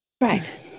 Right